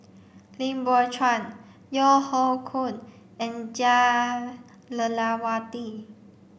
Lim Biow Chuan Yeo Hoe Koon and Jah Lelawati